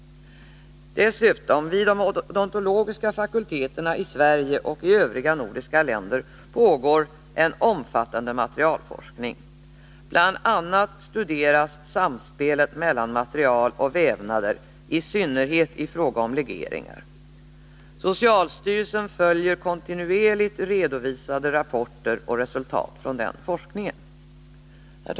Även vid de odontologiska fakulteterna i Sverige och övriga nordiska länder pågår en omfattande materialforskning. Bl. a. studeras samspelet mellan material och vävnader, i synnerhet i fråga om legeringar. Socialstyrelsen följer kontinuerligt redovisade rapporter och resultat från denna forskning.